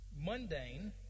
mundane